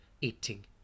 eating